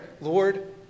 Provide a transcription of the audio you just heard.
Lord